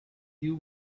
you